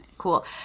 cool